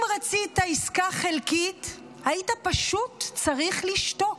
אם רצית עסקה חלקית היית פשוט צריך לשתוק,